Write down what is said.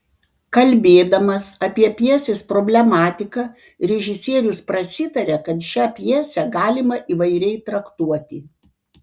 kalbėdamas apie pjesės problematiką režisierius prasitaria kad šią pjesę galima įvairiai traktuoti